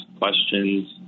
questions